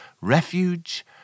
Refuge